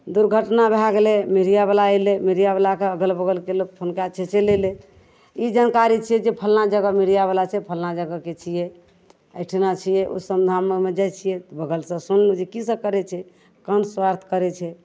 दुर्घटना भै गेलै मीडिआवला अएलै मीडिआवलाके अगल बगलके लोक फोन कै दै छै चलि अएलै ई जानकारी छिए जे फल्लाँ जगह मीडियआवला छै फल्लाँ जगहके छिए एहिठाम छिए ओहि समधानमे जाइ छिए तऽ बगलसे सुनलहुँ जे कि सब करै छै कोन स्वार्थ करै छै